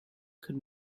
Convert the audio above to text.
could